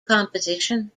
composition